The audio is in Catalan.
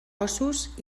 ossos